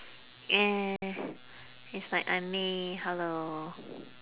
eh it's like I'm me hello